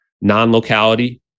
non-locality